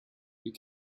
you